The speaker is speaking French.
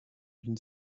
d’une